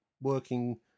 working